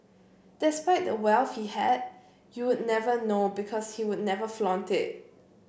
despite the wealth he had you would never know because he would never flaunted it